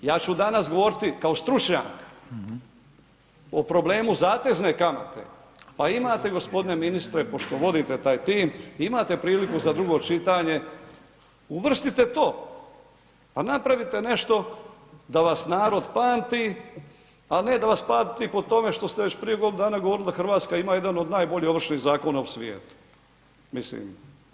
Ja ću danas govoriti kao stručnjak o problemu zatezne kamate, pa imate g. ministre pošto vodite taj tim, imate priliku za drugo čitanje, uvrstite to, pa napravite nešto da vas narod pamti, a ne da vas pamti po tome što ste već prije godinu dana govorili da RH ima jedan od najboljih Ovršnih zakona u svijetu, mislim.